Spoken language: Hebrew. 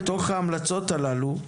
בתוך ההמלצות הללו,